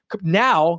now